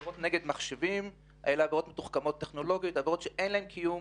נגד מחשבים, אלו עבירות שאין להן קיום,